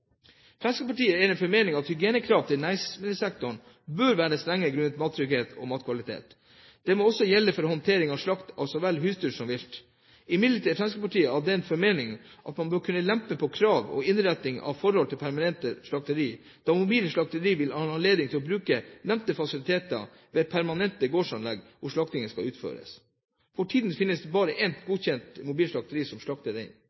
Fremskrittspartiet er av den formening at hygienekrav til næringsmiddelsektoren bør være strenge grunnet mattrygghet og matkvalitet. Dette må også gjelde for håndtering av slakt av så vel husdyr som vilt. Imidlertid er Fremskrittspartiet av den formening at man må kunne lempe på krav til innretning av mobile slakteri når det gjelder toalett og garderobefasiliteter i forhold til permanente slakteri, da mobile slakteri vil ha anledning til å bruke nevnte fasiliteter ved de permanente gårdsanlegg hvor slaktingen skal utføres. For tiden finnes det bare ett godkjent mobilt slakteri som